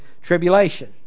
tribulation